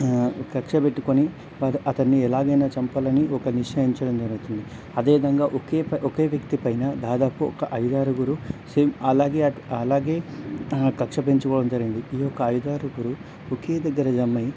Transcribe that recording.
కక్ష పెట్టుకొని వారు అతన్ని ఎలాగైనా చంపాలని ఒక నిశ్చయించడం జరుగుతుంది అదేవిధంగా ఒకే ఒకే వ్యక్తి పైన దాదాపు ఒక ఐదారుగురు సేమ్ అలాగే అట్ అలాగే కక్ష పెంచుకోవడం జరిగింది ఈ యొక్క ఐదారుగురు ఒకే దగ్గర జమై